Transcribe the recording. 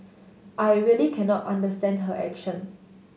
I really cannot understand her action